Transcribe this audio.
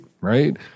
right